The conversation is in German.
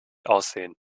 aussehen